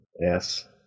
Yes